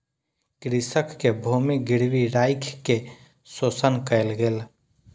कृषक के भूमि गिरवी राइख के शोषण कयल गेल